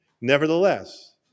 Nevertheless